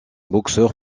boxeur